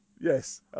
Yes